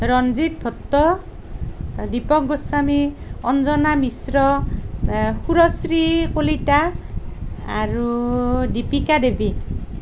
ৰঞ্জিত ভট্ট দীপক গোস্বামী অঞ্জনা মিশ্ৰ সুৰশ্ৰী কলিতা আৰু দিপীকা দেৱী